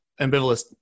ambivalent